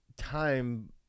time